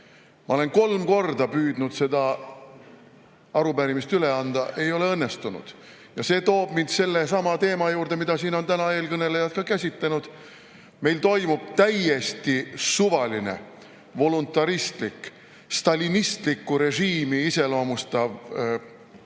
Ma olen kolm korda püüdnud seda arupärimist üle anda, ei ole õnnestunud. Ja see toob mind sellesama teema juurde, mida siin on täna ka eelkõnelejad käsitlenud. Meil toimub täiesti suvaline, voluntaristlik, stalinistlikku režiimi iseloomustav